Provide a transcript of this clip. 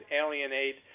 alienate